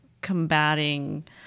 combating